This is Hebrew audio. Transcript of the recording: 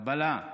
קבלה,